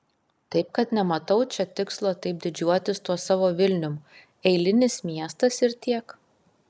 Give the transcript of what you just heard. taip kad nematau čia tikslo taip didžiuotis tuo savo vilnium eilinis miestas ir tiek